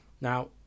Now